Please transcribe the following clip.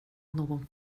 någon